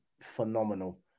phenomenal